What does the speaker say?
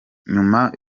nyuma